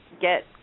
get